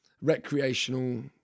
Recreational